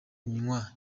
nywa